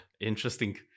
interesting